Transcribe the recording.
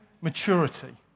maturity